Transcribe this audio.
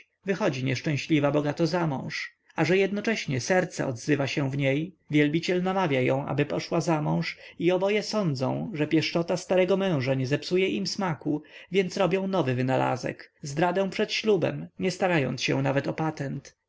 wychodzi nieszczęśliwa bogato zamąż a że jednocześnie serce odzywa się w niej wielbiciel namawia ją ażeby szła zamąż i oboje sądzą że pieszczota starego męża nie zepsuje im smaku więc robią nowy wynalazek zdradę przed ślubem nie starając się nawet o patent